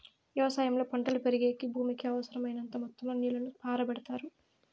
వ్యవసాయంలో పంటలు పెరిగేకి భూమికి అవసరమైనంత మొత్తం లో నీళ్ళను పారబెడతారు